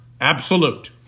absolute